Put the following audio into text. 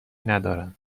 ندارند